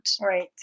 right